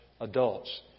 adults